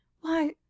Why